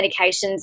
medications